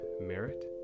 merit